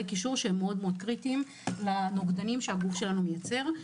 קישור שהם קריטיים לנוגדנים שהגוף שלנו מייצר.